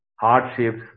hardships